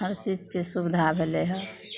हर चीजके सुविधा भेलै हँ